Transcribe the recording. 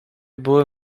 były